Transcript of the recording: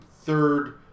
third